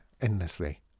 endlessly